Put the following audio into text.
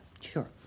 Sure